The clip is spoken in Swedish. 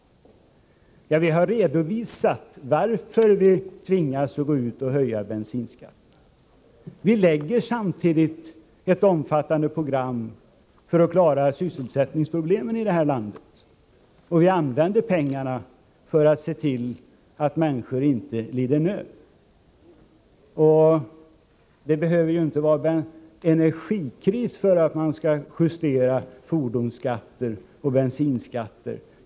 Vi har redovisat varför vi tvingas gå ut och höja bensinskatten. Vi lägger samtidigt fram ett omfattande program för att klara sysselsättningsproblemen i landet. Vi använder pengarna för att se till att människor inte lider nöd. Det behöver inte vara energikris för att man skall justera fordonsskatter och bensinskatten.